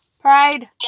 Pride